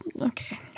okay